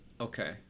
Okay